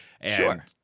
Sure